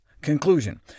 Conclusion